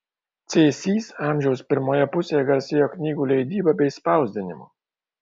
cėsys amžiaus pirmoje pusėje garsėjo knygų leidyba bei spausdinimu